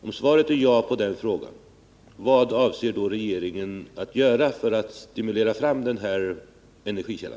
Om svaret är ja på den frågan, vad avser regeringen då att göra för att stimulera fram denna energikälla?